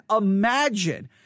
imagine